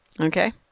okay